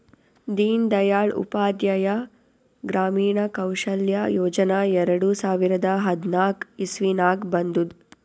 ದೀನ್ ದಯಾಳ್ ಉಪಾಧ್ಯಾಯ ಗ್ರಾಮೀಣ ಕೌಶಲ್ಯ ಯೋಜನಾ ಎರಡು ಸಾವಿರದ ಹದ್ನಾಕ್ ಇಸ್ವಿನಾಗ್ ಬಂದುದ್